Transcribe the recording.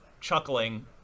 chuckling